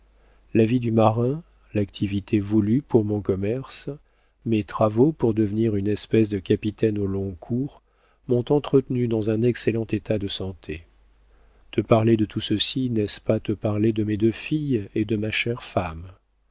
la vie du marin l'activité voulue pour mon commerce mes travaux pour devenir une espèce de capitaine au long cours m'ont entretenu dans un excellent état de santé te parler de tout ceci n'est-ce pas te parler de mes deux filles et de ma chère femme